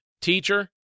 Teacher